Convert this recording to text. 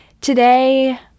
today